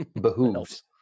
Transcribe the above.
behooves